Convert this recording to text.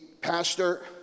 pastor